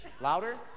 Louder